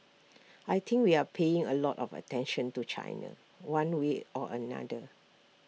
I think we are paying A lot of attention to China one way or another